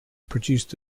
produced